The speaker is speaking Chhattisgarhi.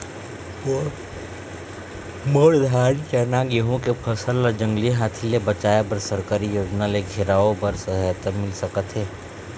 मोर धान चना गेहूं के फसल ला जंगली हाथी ले बचाए बर सरकारी योजना ले घेराओ बर सहायता मिल सका थे?